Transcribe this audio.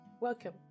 Welcome